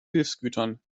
hilfsgütern